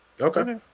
Okay